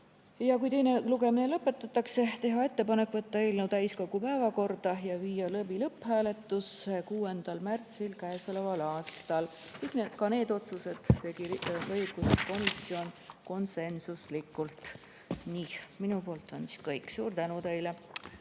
kui teine lugemine lõpetatakse, teha ettepanek võtta eelnõu täiskogu päevakorda ja viia läbi lõpphääletus 6. märtsil käesoleval aastal. Ka need otsused tegi õiguskomisjon konsensuslikult. Minu poolt on kõik. Suur tänu teile!